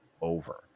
over